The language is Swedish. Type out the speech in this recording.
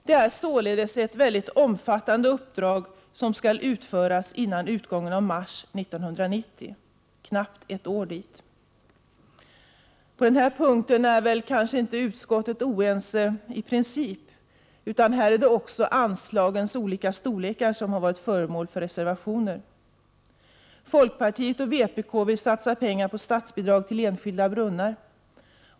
Det är således ett mycket omfattande uppdrag som skall utföras före utgången av mars 1990. Det är knappt ett år dit. På denna punkt är utskottet kanske inte oense i princip. Också här är det anslagets storlek som har varit föremål för reservationen. Folkpartiet och vpk vill satsa pengar på statsbidrag till enskilda brunnar.